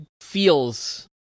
feels